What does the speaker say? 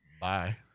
Bye